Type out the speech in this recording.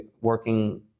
working